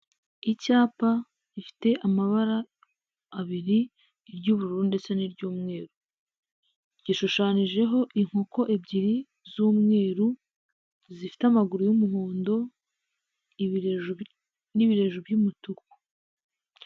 Icyapa gifite amabara abiri iry'ubururu ndetse n'iy'umweru gishushanyijeho inkoko ebyiri z'umweru zifite amaguru y'umuhondo, ibi ibireju, n'ibireju by'umutuku.